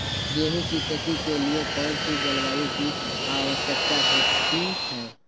गेंहू की खेती के लिए कौन सी जलवायु की आवश्यकता होती है?